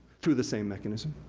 through the same mechanism.